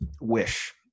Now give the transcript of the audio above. wish